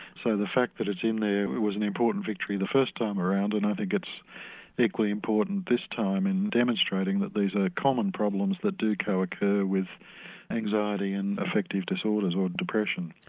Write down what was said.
so the fact that it's in there was an important victory the first time around and i think it's equally important this time in demonstrating that these are common problems that do co-occur with anxiety and effective disorders or depression.